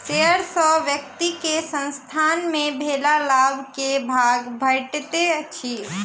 share सॅ व्यक्ति के संसथान मे भेल लाभ के भाग भेटैत अछि